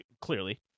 Clearly